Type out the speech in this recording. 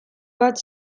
bat